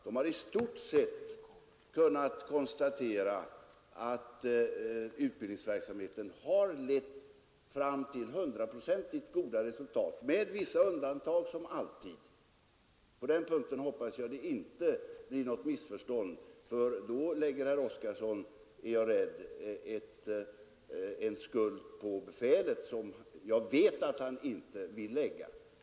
De har konstaterat att utbildningsverksamheten har givit i stort sett hundraprocentigt goda resultat — med vissa undantag, som alltid. På den punkten hoppas jag det inte blir något mi: stånd — då lägger herr Oskarson, är jag rädd, skulden på befälet, vilket jag vet att han inte vill göra.